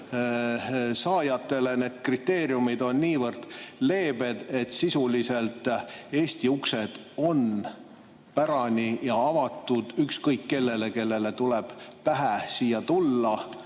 saajatele. Need kriteeriumid on niivõrd leebed, et sisuliselt Eesti uksed on pärani, avatud ükskõik kellele, kellele tuleb pähe siia tulla,